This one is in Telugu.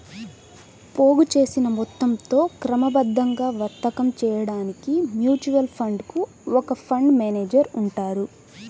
పోగుచేసిన మొత్తంతో క్రమబద్ధంగా వర్తకం చేయడానికి మ్యూచువల్ ఫండ్ కు ఒక ఫండ్ మేనేజర్ ఉంటారు